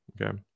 okay